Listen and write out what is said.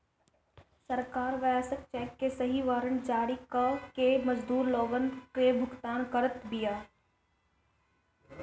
सरकार व्यवसाय चेक के जगही वारंट जारी कअ के मजदूर लोगन कअ भुगतान करत बिया